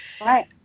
Right